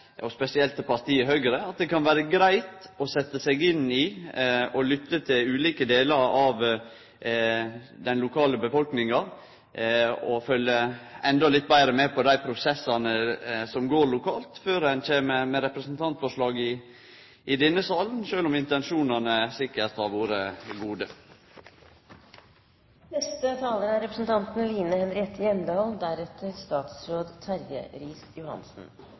det kan vere greitt å setje seg inn i ei sak, lytte til ulike delar av lokalbefolkninga og følgje endå litt betre med på dei prosessane som går lokalt, før ein kjem med representantforslag i denne salen – sjølv om intensjonane sikkert har vore